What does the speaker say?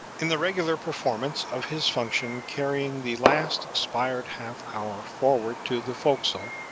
in the regular performance of his function carrying the last expired half hour forward to the forecastle,